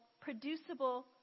producible